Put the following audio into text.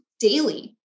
Daily